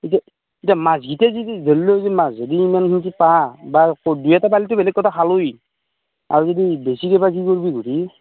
এতিয়া এতিয়া মাছকেইটা যদি মাছ যদি ইমান পা বা দুই এটা পালেটো বেলেগ কথা খালোই আৰু যদি বেছিকৈ